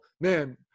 man